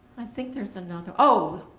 i think there's another, oh.